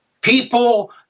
people